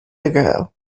ago